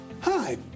Hi